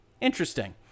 interesting